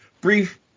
brief